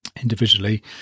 individually